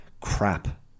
crap